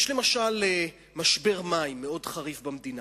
יש, למשל, משבר מים מאוד חריף במדינה.